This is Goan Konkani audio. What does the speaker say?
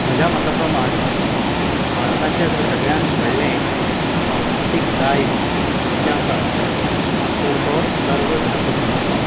म्हज्या मता प्रमाण भारताचें जर सगळ्यांत व्हडलें सांस्कृतीक दायज खंयचें आसा तर तो सर्वधर्मसमभाव